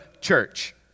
church